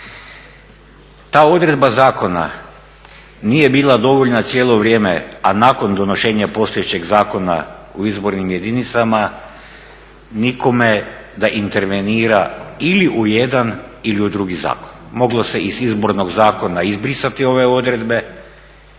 Ta odredba zakona nije bila dovoljna cijelo vrijeme a nakon donošenja postojećeg Zakona o izbornim jedinicama nikome da intervenira ili u jedan ili u drugi zakon. Moglo se iz Izbornog zakona izbrisati ove odredbe